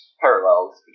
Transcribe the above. parallels